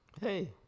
Hey